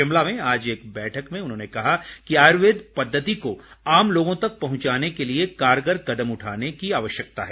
शिमला में आज एक बैठक में उन्होंने कहा कि आयुर्वेद पद्वति को आम लोगों तक पहुंचाने के लिए कारगर कदम उठाने की ज़रूरत है